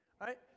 Right